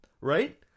right